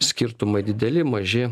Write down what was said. skirtumai dideli maži